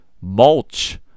mulch